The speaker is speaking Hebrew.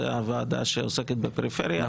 זו הוועדה שעוסקת בפריפריה.